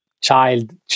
child